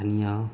دھنیا